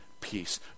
peace